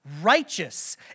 righteous